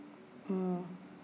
mm